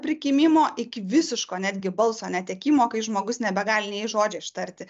prikimimo iki visiško netgi balso netekimo kai žmogus nebegali nė žodžio ištarti